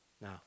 Now